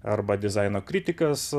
arba dizaino kritikas